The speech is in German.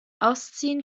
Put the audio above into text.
ausziehen